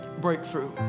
breakthrough